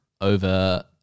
over